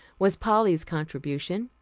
was polly's contribution.